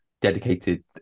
dedicated